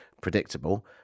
predictable